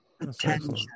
attention